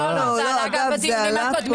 לא, לא, זה עלה גם בדיונים הקודמים.